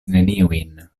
neniujn